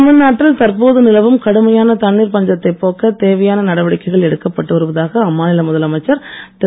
தமிழ்நாட்டில் தற்போது நிலவும் கடுமையான தண்ணீர் பஞ்சத்தை போக்க தேவையான நடவடிக்கைகள் எடுக்கப்பட்டு வருவதாக அம்மாநில முதலமைச்சர் திரு